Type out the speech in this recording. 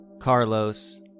Carlos